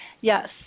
Yes